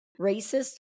racist